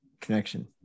connection